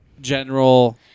general